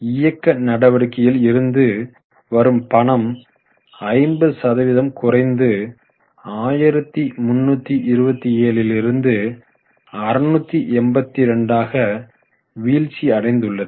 இயக்க நடவடிக்கைகளில் இருந்து வரும் பணம் 50 சதவீதம் குறைந்து 1327 லிருந்து 682 ஆக வீழ்ச்சி அடைந்துள்ளது